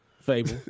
Fable